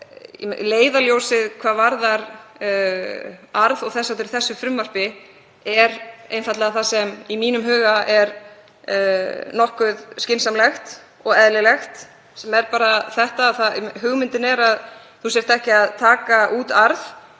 Leiðarljósið hvað varðar arð og þess háttar í þessu frumvarpi er einfaldlega það sem í mínum huga er nokkuð skynsamlegt og eðlilegt sem er bara þetta; hugmyndin um að þú sért ekki að taka út arð